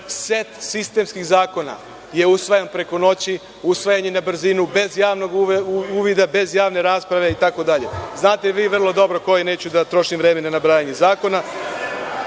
set sistemskih zakona je usvajan preko noći, usvajan je na brzinu, bez javnog uvida, bez javne rasprave i tako dalje. Znate vi vrlo dobro koji neću da trošim vreme na nabrajanje zakona. Što